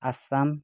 Assam